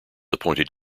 appointed